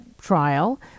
trial